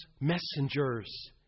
messengers